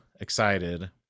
excited